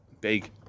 big